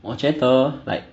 我觉得